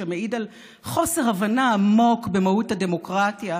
שמעיד על חוסר הבנה עמוק במהות הדמוקרטיה,